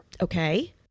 Okay